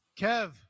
Kev